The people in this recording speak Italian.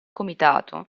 comitato